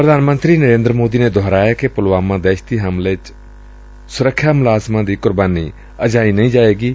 ਪ੍ਰਧਾਨ ਮੰਤਰੀ ਨਰੇਂਦਰ ਮੋਦੀ ਨੇ ਦੁਹਰਾਇਐ ਕਿ ਪੁਲਵਾਮਾ ਦਹਿਸ਼ਤੀ ਹਮਲੇ ਸੁਰੱਖਿਆ ਮੁਲਾਜ਼ਮਾਂ ਦੀ ਕੁਰਬਾਨੀ ਅਜਾਈਂ ਨਹੀਂ ਜਾਏਗੀ